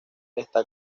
está